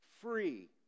free